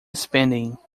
spending